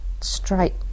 straight